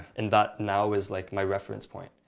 and that now is like my reference point.